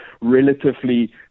relatively